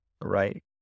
Right